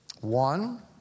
One